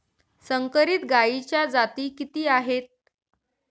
संकरित गायीच्या जाती किती आहेत?